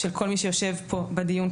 של כל מי שיושב פה בדיון,